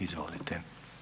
Izvolite.